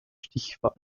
stichwahl